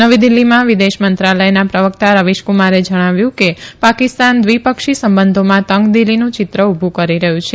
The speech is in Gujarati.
નવી દીલ્હીમાં વિદેશમંત્રાલયના પ્રવકતા રવીશકુમારે જણાવ્યું કે પાકિસ્તાન દ્વિપક્ષી સંબંધોમાં તંગદિલીનું ચિત્ર ઉભું કરી રહ્યું છે